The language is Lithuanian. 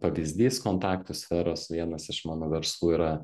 pavyzdys kontaktų sferos vienas iš mano verslų yra